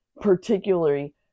particularly